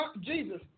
Jesus